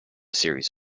series